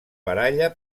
baralla